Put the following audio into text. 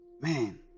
Man